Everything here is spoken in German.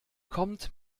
kommt